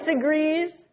agrees